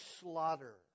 slaughter